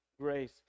grace